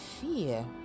fear